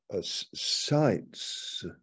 sights